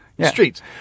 streets